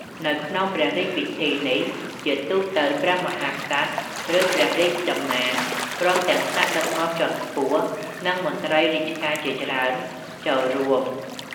នៅក្នុងព្រះរាជពិធីនេះ ជាទូទៅ ព្រះមហាក្សត្រ ឬ ព្រះរាជតំណាង ព្រមទាំងថ្នាក់ដឹកនាំជាន់ខ្ពស់ និងមន្ត្រីរាជការជាច្រើនចូលរួម។